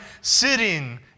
sitting